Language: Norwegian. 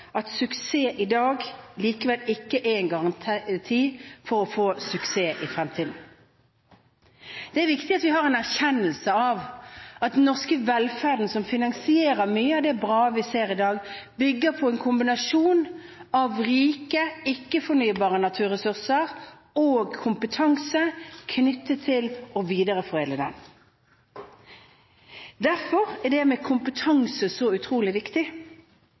at suksess i dag likevel ikke er en garanti for å få suksess i fremtiden. Det er viktig at vi har en erkjennelse av at den norske velferden, som finansierer mye av det bra vi ser i dag, bygger på en kombinasjon av rike, ikke-fornybare naturressurser og kompetanse knyttet til å videreforedle dem. Derfor er dette med kompetanse så utrolig viktig.